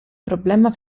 problema